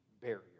barrier